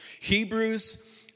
Hebrews